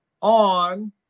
on